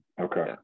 Okay